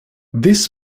this